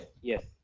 yes